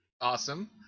Awesome